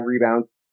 rebounds